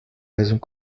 raisons